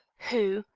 who,